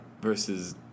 versus